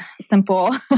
simple